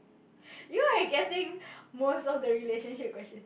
you know I getting most of the relationship questions